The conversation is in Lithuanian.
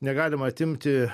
negalima atimti